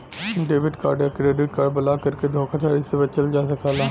debit card या credit card block करके धोखाधड़ी से बचल जा सकला